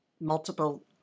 multiple